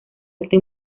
alto